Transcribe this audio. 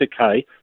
okay